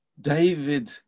David